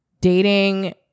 dating